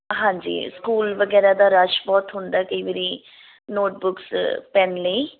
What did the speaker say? ਹਾਂਜੀ ਸਕੂਲ ਵਗੈਰਾ ਦਾ ਰਸ਼ ਬਹੁਤ ਹੁੰਦਾ ਕਈ ਵਾਰ ਨੋਟਬੂਕਸ ਪੈੱਨ ਲਈ